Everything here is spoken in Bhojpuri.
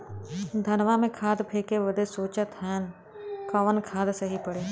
धनवा में खाद फेंके बदे सोचत हैन कवन खाद सही पड़े?